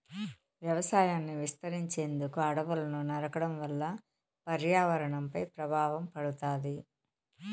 వ్యవసాయాన్ని విస్తరించేందుకు అడవులను నరకడం వల్ల పర్యావరణంపై ప్రభావం పడుతాది